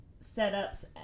setups